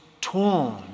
torn